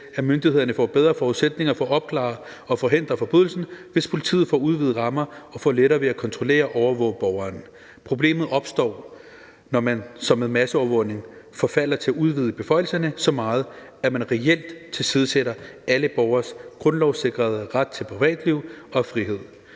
at myndighederne får bedre forudsætninger for at opklare og forhindre forbrydelsen, hvis politiet får udvidede rammer og får lettere ved at kontrollere og overvåge borgeren. Problemet opstår, når man som ved masseovervågning forfalder til at udvide beføjelserne så meget, at man reelt tilsidesætter alle borgeres grundlovssikrede ret til privatliv og frihed.